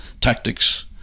tactics